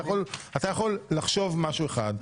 אתה יכול אתה יכול לחשוב משהו אחד,